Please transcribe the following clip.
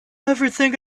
everything